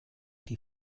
die